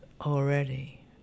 already